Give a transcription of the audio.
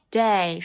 day